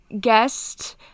guest